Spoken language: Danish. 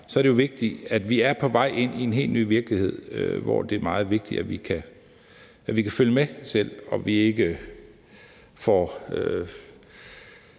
men uanset hvor vi er, er vi jo på vej ind i en helt ny virkelighed, hvor det er meget vigtigt, at vi selv kan følge med, og at vi ikke får